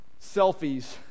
selfies